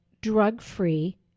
drug-free